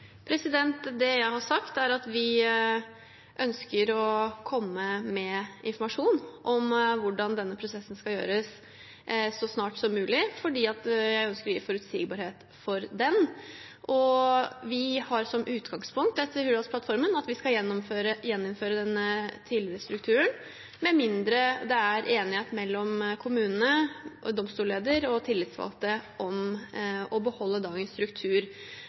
Det jeg har sagt, er at vi ønsker å komme med informasjon om hvordan denne prosessen skal gjøres, så snart som mulig, for jeg ønsker å gi forutsigbarhet for den. Vi har som utgangspunkt etter Hurdalsplattformen at vi skal gjeninnføre den tidligere strukturen, med mindre det er enighet mellom kommunene, domstolsleder og tillitsvalgte om å beholde dagens struktur.